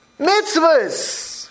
Mitzvahs